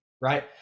right